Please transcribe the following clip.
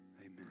Amen